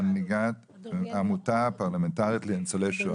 מנהלת העמותה הפרלמנטרית לניצולי השואה.